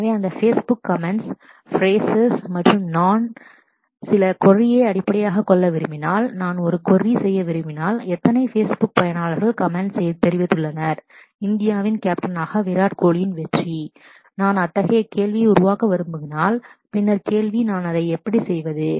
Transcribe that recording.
எனவே அந்த Facebook comments phrases phrases மற்றும் நான் சில கொரியை அடிப்படையாகக் கொள்ள விரும்பினால் நான் ஒரு கொரி செய்ய விரும்பினால் எத்தனை பேஸ்புக் Facebook பயனர்கள் கமெண்ட்ஸ் தெரிவித்துள்ளனர் இந்தியாவின் கேப்டனாக விராட் கோலியின் வெற்றி நான் அத்தகைய கேள்வியை உருவாக்க விரும்பினால் பின்னர் கேள்வி நான் அதை எப்படி செய்வது